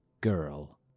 Girl